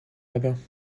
hebben